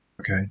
Okay